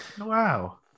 Wow